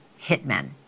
hitmen